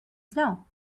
snow